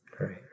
Right